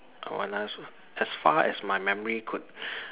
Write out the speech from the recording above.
as far as my memory could